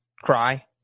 cry